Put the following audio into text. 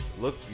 look